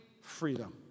freedom